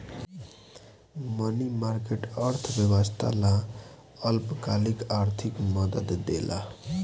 मनी market, अर्थव्यवस्था ला अल्पकालिक आर्थिक मदद देला